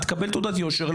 קבל תעודת יושר,